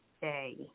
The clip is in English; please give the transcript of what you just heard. Day